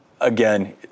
again